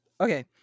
Okay